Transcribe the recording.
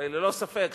ללא ספק,